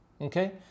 Okay